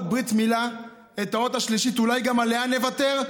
אות ברית מילה, האות השלישית, אולי גם עליה נוותר?